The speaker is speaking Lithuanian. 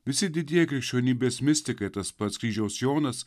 visi didieji krikščionybės mistikai tas pats kryžiaus jonas